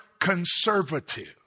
conservative